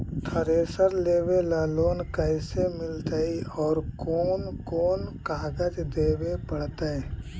Thresher लेबे ल loan कैसे मिलतइ और कोन कोन कागज देबे पड़तै?